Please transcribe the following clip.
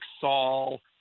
Saul